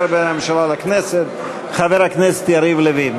בין הממשלה לכנסת חבר הכנסת יריב לוין.